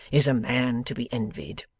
is a man to be envied.